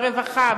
ברווחה,